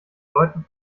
leuten